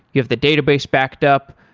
you have the database backed up,